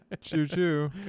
Choo-choo